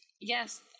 Yes